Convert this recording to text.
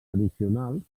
addicionals